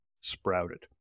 sprouted